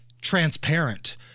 transparent